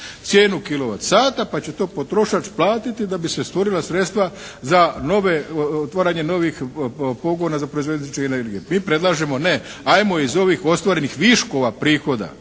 kilovat sata pa će to potrošač platiti da bi se stvorila sredstva za nove, otvaranje novih pogona za proizvođačku energiju. Mi predlažemo ne. Ajmo iz ovih ostvarenih viškova prihoda